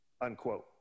unquote